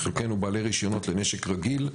חלקנו בעלי רישיונות לנשק רגיל,